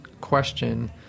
question